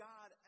God